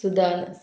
सुदार